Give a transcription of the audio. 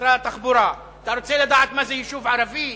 משרד התחבורה, אתה רוצה לדעת מה זה יישוב ערבי?